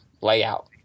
layout